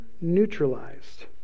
neutralized